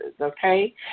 okay